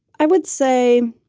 i would say